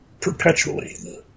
perpetually